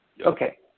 Okay